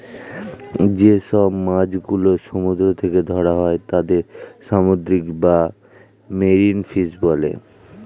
যে সব মাছ গুলো সমুদ্র থেকে ধরা হয় তাদের সামুদ্রিক বা মেরিন ফিশ বলে